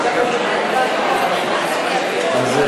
אז,